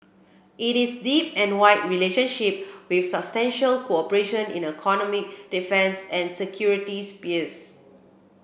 it is deep and wide relationship with substantial cooperation in economic defence and security spheres